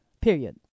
Period